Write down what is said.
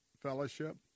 fellowship